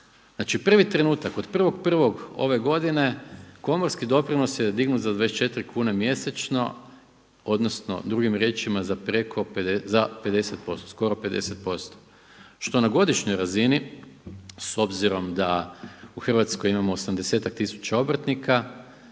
Znači prvi trenutak od 1.1. ove godine komorski doprinos je dignut za 24 kune mjesečno odnosno drugim riječima za 50% skoro 50% što na godišnjoj razini, s obzirom da u Hrvatskoj imamo osamdesetak